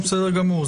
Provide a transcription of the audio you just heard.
בסדר גמור.